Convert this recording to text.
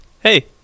Hey